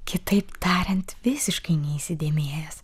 kitaip tariant visiškai neįsidėmėjęs